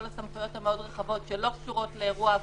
הסמכויות המאוד רחבות שלא קשורות לאירוע הקורונה,